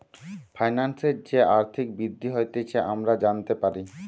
ফাইন্যান্সের যে আর্থিক বৃদ্ধি হতিছে আমরা জানতে পারি